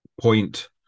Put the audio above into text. point